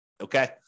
Okay